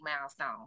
milestone